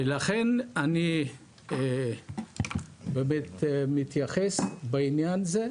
לכן אני באמת מתייחס בעניין הזה,